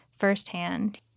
firsthand